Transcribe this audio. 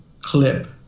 clip